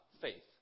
Faith